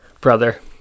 brother